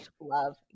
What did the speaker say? love